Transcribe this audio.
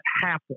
happen